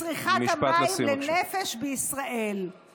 משפט לסיום, בבקשה.